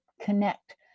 connect